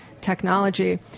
technology